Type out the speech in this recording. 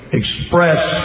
express